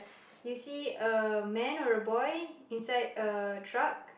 you see a man or a boy inside a truck